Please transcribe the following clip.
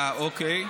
אה, אוקיי.